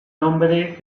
nombre